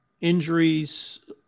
injuries